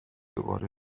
دوباره